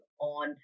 on